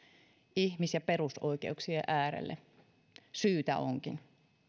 ihmis ja perusoikeuksien äärelle syytä onkin